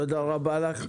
תודה רבה לך.